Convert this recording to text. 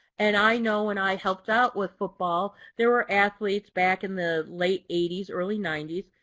and i know when i helped out with football, there were athletes back in the late eighty s, early ninety s,